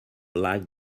like